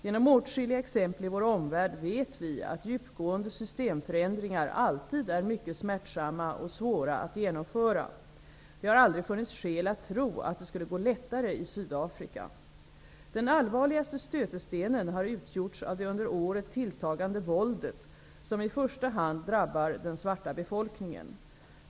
Genom åtskilliga exempel i vår omvärld vet vi att djupgående systemförändringar alltid är mycket smärtsamma och svåra att genomföra. Det har aldrig funnits skäl att tro att det skulle gå lättare i Den allvarligaste stötestenen har utgjorts av det under året tilltagande våldet, som i första hand drabbar den svarta befolkningen.